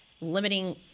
limiting